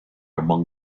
among